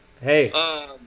hey